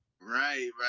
Right